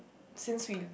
since we